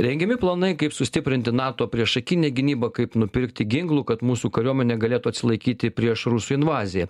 rengiami planai kaip sustiprinti nato priešakinę gynybą kaip nupirkti ginklų kad mūsų kariuomenė galėtų atsilaikyti prieš rusų invaziją